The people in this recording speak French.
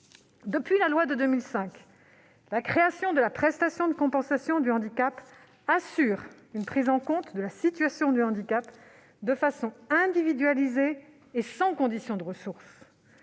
Depuis la loi de 2005, la création de la prestation de compensation de handicap (PCH) assure une prise en compte de la situation de handicap de manière individualisée et sans condition de ressources.